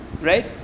Right